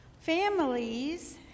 Families